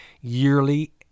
yearly